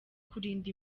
kurinda